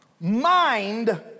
mind